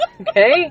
Okay